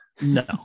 No